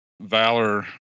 Valor